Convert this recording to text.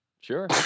sure